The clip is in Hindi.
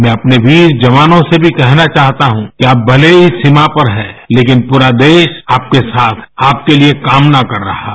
मैं अपने वीर जवानों से भी कहना चाहता हूँ कि आप भले ही सीमा पर हैं लेकिन प्ररा देश आपके साथ है आपके लिए कामना कर रहा है